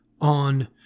on